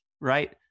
right